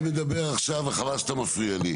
אני מדבר עכשיו וחבל שאתה מפריע לי.